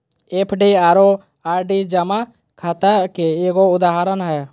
FD आरो RD जमा खाता के एगो उदाहरण हय